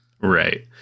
right